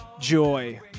joy